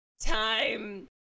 time